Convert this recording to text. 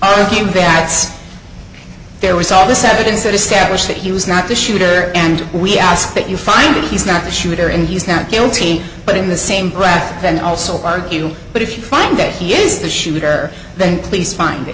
impacts there was all this evidence that establish that he was not the shooter and we ask that you find that he's not the shooter and he's not guilty but in the same breath and also argue but if you find that he is the shooter then please find that